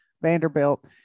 vanderbilt